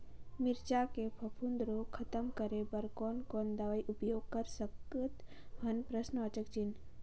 मिरचा के फफूंद रोग खतम करे बर कौन कौन दवई उपयोग कर सकत हन?